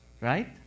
Right